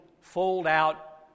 fold-out